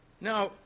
Now